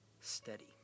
Steady